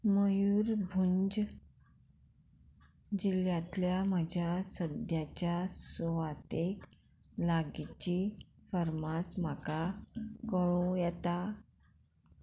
मयूरभुंज जिल्ल्यांतल्या म्हज्या सद्याच्या सुवातेक लागींची फर्मास म्हाका कळूं येता